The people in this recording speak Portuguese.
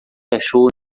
achou